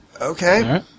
Okay